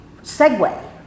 segue